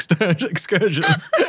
Excursions